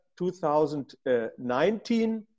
2019